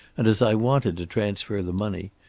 and as i wanted to transfer the money,